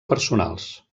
personals